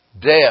Death